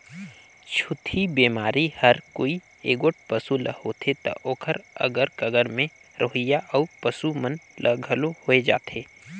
छूतही बेमारी हर कोई एगोट पसू ल होथे त ओखर अगर कगर में रहोइया अउ पसू मन ल घलो होय जाथे